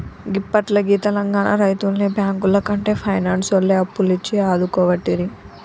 గిప్పట్ల గీ తెలంగాణ రైతుల్ని బాంకులకంటే పైనాన్సోల్లే అప్పులిచ్చి ఆదుకోవట్టిరి